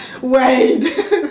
wait